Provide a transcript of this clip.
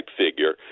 figure